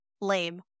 Lame